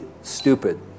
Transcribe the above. stupid